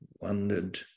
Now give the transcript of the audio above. wondered